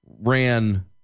ran